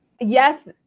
Yes